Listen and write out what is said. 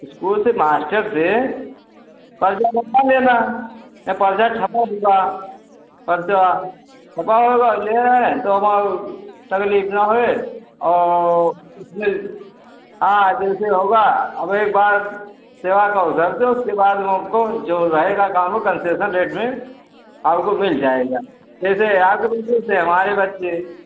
school से master से पर्चा बनवा लेना या पर्चा छपा हुआ पर्चा छपा हो वह ले आएँ तो हमार ओ न हो और इसमें हाँ जिनसे होगा अब एक बार सेवा का अवसर दो उसके बाद हम आपको जो रहेगा काम वह कन्सेशन रेट में आपको मिल जाएगा जैसे आपके वैसे हमारे बच्चे